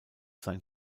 sein